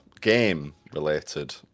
game-related